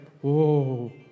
whoa